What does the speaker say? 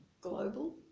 global